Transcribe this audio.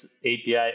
API